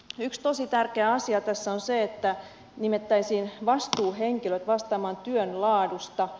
yksi tosi tärkeä asia tässä on se että nimettäisiin vastuuhenkilöt vastaamaan työn laadusta